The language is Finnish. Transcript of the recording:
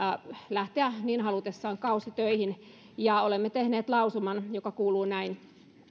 lähteä niin halutessaan kausitöihin olemme tehneet lausuman joka kuuluu näin